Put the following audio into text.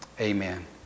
Amen